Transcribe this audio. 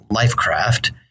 Lifecraft